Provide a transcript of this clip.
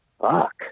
fuck